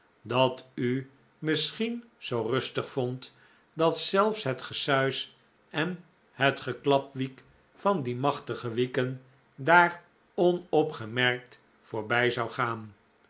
dat u misschien zoo rustig vond dat zelfs het gesuis en het geklapwiek van die machtige wieken daar onopgemerkt voorbij zou gaan